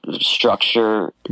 structure